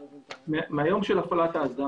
מהיום של הפעלת האסדה